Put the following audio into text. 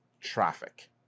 traffic